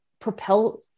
propel